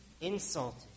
insulted